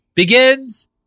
begins